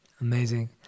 Amazing